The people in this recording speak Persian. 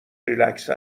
ریلکس